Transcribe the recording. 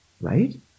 Right